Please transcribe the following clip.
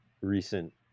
recent